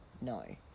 no